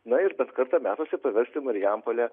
na ir bent kartą metuose pavesti marijampolę